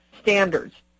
standards